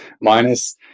Minus